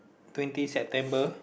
twenty September